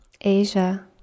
Asia